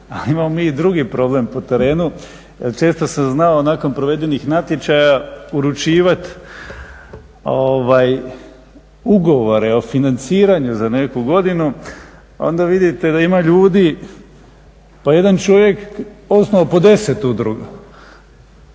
Ali imamo mi i drugi problem po terenu. Često se znalo nakon provedenih natječaja uručivati ugovore o financiranju za neku godinu, onda vidite da ima ljudi pa jedan čovjek osnovao po 10 udruga.